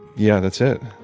yeah, that's it.